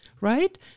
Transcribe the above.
right